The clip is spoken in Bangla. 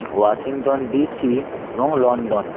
ওয়াশিংটন ডিসি এবং লন্ডন